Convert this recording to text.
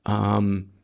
um,